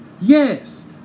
Yes